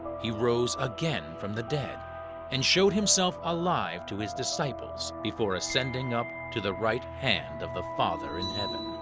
he rose again from the dead and showed himself alive to his disciples before ascending up to the right hand of the father in heaven.